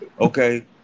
Okay